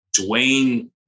Dwayne